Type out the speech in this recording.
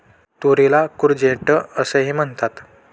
तुरीला कूर्जेट असेही म्हणतात